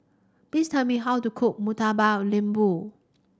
please tell me how to cook Murtabak Lembu